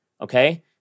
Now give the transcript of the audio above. okay